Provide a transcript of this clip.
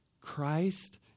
Christ